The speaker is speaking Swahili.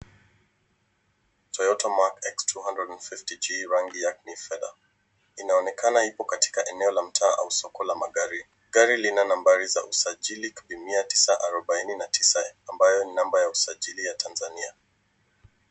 Toyota Mark X 250 G,rangi yake ni fedha. Inaonekana ipo katika eneo la mtaa au soko la magari. Gari lina namba za usajili kupimia 949 ambayo ni namba ya usajili ya Tanzania.